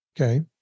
Okay